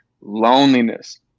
loneliness